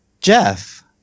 Jeff